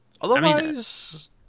otherwise